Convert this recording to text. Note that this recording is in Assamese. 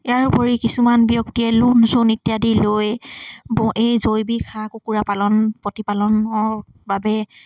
ইয়াৰোপৰি কিছুমান ব্যক্তিয়ে লোন চোন ইত্যাদি লৈ এই জৈৱিক হাঁহ কুকুৰা পালন প্ৰতিপালনৰ বাবে